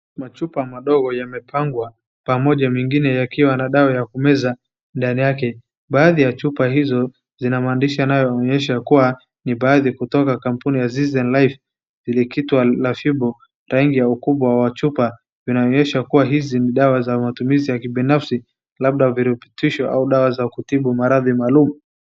Machupa madogo yamepangwa pamoja mengine yakiwa na dawa ya kumeza ndani yake . Baadhi ya chupa hizo zinamaandishi yanayoonyesha kuwa ni baadhi kutoka kampuni ya Zizen Life. Ile kitu la fimbo, rangi ya ukuta wa chupa vinaonyesha kuwa hizi ni dawa za matumizi ya kibnafsi, labda virutibisho au dawa za kutibu maradhi maalum.